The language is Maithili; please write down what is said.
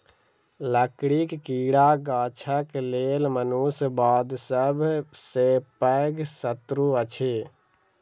लकड़ीक कीड़ा गाछक लेल मनुष्य बाद सभ सॅ पैघ शत्रु अछि